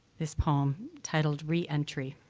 this poem titled re-entry.